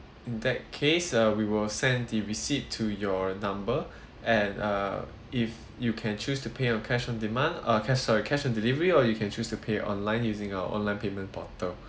in that case uh we will send the receipt to your number and uh if you can choose to pay on cash on demand uh cash sorry cash on delivery or you can choose to pay online using our online payment portal